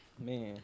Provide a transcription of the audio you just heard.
Man